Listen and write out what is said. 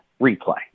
replay